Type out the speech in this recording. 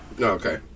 Okay